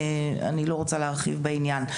אני לא רוצה להרחיב בעניין.